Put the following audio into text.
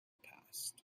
passed